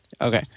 Okay